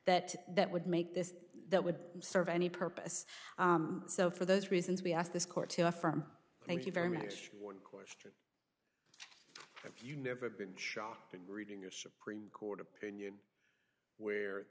that that would make this that would serve any purpose so for those reasons we asked this court to affirm thank you very much one course if you never been shocked in reading a supreme court opinion where